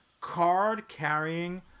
card-carrying